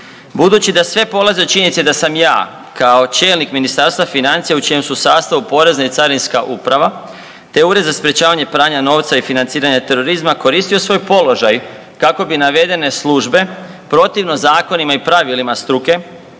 budući da sve polazi od činjenice da sam ja kao čelnik Ministarstva financija u čijem su sastavu Porezna i Carinska uprava te Ured za sprječavanje pranja novca i financiranje terorizma koristio svoj položaj kako bi navedene službe protivno zakonima i pravilima struke